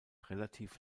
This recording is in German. relativ